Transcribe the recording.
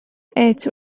its